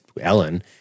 Ellen